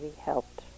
helped